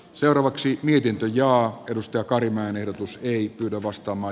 seuraavaksi mietintö linjaa edustaa karimäen ehdotus liittyy lavastama